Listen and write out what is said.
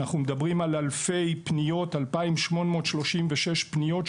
אנחנו מדברים על אלפי פניות של תושבים למוקד 2,836 פניות,